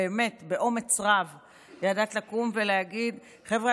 שבאומץ רב ידעת לקום ולהגיד: חבר'ה,